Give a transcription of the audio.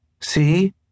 See